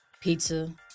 pizza